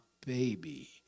baby